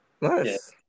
nice